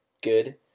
good